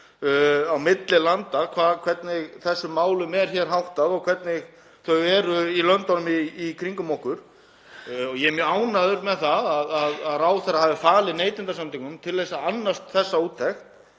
á milli landa, hvernig þessum málum er háttað og hvernig þau eru í löndunum í kringum okkur. Ég er mjög ánægður með það að ráðherra hafi falið Neytendasamtökunum að annast þessa úttekt.